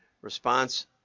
response